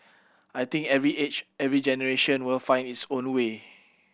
I think every age every generation will find its own way